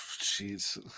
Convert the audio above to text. jeez